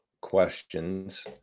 questions